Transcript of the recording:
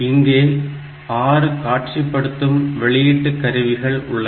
இங்கே 6 காட்சிப்படுத்தும் வெளியீட்டு கருவிகள் உள்ளன